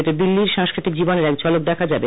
এতে দিল্লির সাংস্কৃতিক জীবনের এক ঝলক দেখা যাবে